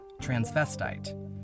transvestite